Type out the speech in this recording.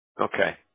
Okay